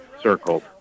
circled